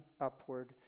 upward